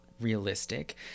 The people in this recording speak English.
realistic